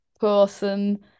person